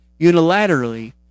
unilaterally